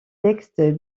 textes